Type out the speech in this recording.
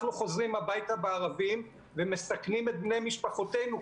אנחנו חוזרים הביתה בערבים ומסכנים את בני משפחותינו,